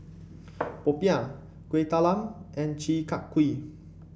popiah Kuih Talam and Chi Kak Kuih